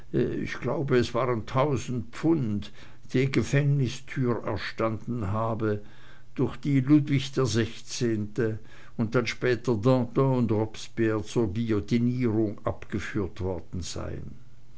ich glaube es waren tausend pfund die gefängnistür erstanden habe durch die ludwig xvi und dann später danton und robespierre zur guillotinierung abgeführt worden seien